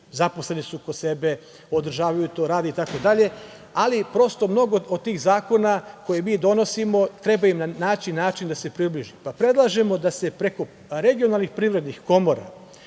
zaposleni su kod sebe, održavaju, to rade, itd. Mnogi od tih zakona koje mi donosimo treba naći načina da im se približi. Predlažemo da se preko regionalnih privrednih komora,